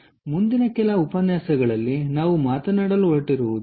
ಆದ್ದರಿಂದ ಮುಂದಿನ ಕೆಲವು ಉಪನ್ಯಾಸಗಳಲ್ಲಿ ನಾವು ಮಾತನಾಡಲು ಹೊರಟಿರುವುದು ನಿಜ